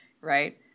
right